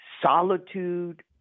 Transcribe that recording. Solitude